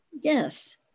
Yes